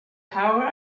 power